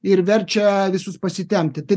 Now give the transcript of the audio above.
ir verčia visus pasitempti tai